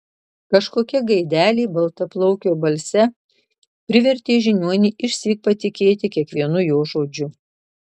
kažkokia gaidelė baltaplaukio balse privertė žiniuonį išsyk patikėti kiekvienu jo žodžiu